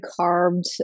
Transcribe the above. carved